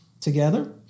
together